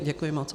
Děkuji moc.